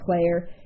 player